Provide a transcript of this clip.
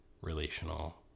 relational